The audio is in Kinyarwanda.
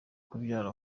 kubyara